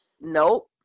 Nope